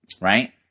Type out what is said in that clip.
Right